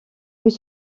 plus